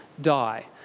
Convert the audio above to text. die